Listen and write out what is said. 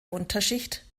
unterschicht